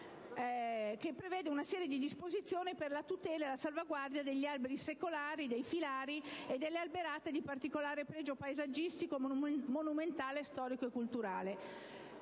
che prevede una serie di disposizioni per la tutela e la salvaguardia degli alberi secolari, dei filari e delle alberate di particolare pregio paesaggistico, monumentale, storico e culturale,